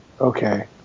Okay